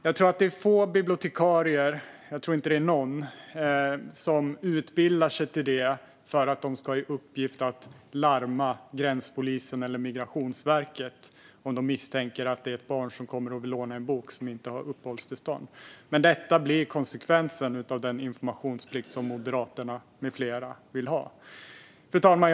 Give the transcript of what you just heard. Jag tror att det är få bibliotekarier, om ens någon, som utbildar sig till yrket för att ha i uppgift att larma gränspolisen eller Migrationsverket om de misstänker att ett barn som kommer och vill låna en bok inte har uppehållstillstånd. Men detta blir konsekvensen av den informationsplikt som Moderaterna med flera vill ha. Fru talman!